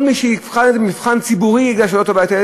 כל מי שיבחן את זה במבחן ציבורי יראה שזה לא טובת הילד,